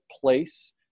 place